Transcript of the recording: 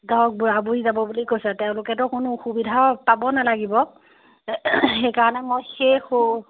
ধৰক বুঢ়া বুঢ়ী যাব বুলি কৈছে তেওঁলোকেটো কোনো অসুবিধা পাব নালাগিব সেই কাৰণে মই সেই